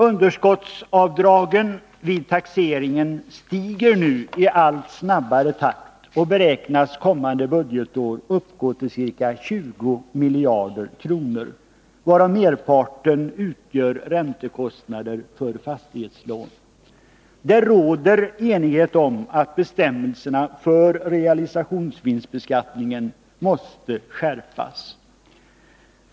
Underskottsavdragen vid taxeringen stiger nu i allt snabbare takt och beräknas kommande budgetår uppgå till ca 20 miljarder kronor, varav merparten utgör räntekostnader för fastighetslån. Det råder enighet om att bestämmelserna för realisationsvinstbeskattningen måste skärpas.